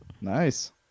Nice